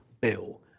bill